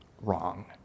wrong